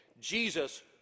Jesus